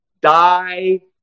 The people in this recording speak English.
Die